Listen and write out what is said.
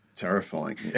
Terrifying